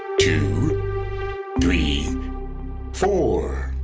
two three four!